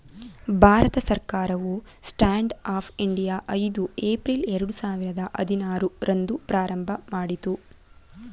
ಭಾರತ ಸರ್ಕಾರವು stand up India ಐದು April ಎರಡು ಸಾವಿರದ ಹದಿನಾರು ರಂದು ಪ್ರಾರಂಭಮಾಡಿತು